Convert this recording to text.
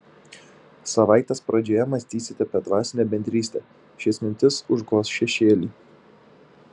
savaitės pradžioje mąstysite apie dvasinę bendrystę šias mintis užgoš šešėliai